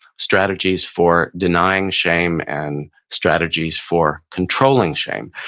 strategies for denying shame, and strategies for controlling shame.